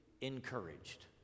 encouraged